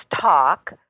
talk